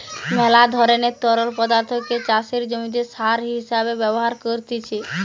মেলা ধরণের তরল পদার্থকে চাষের জমিতে সার হিসেবে ব্যবহার করতিছে